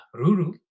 Ruru